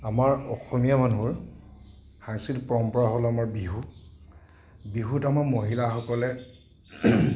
আমাৰ অসমীয়া মানুহৰ সাংস্কৃতিক পৰম্পৰা হ'ল আমাৰ বিহু বিহুত আমাৰ মহিলাসকলে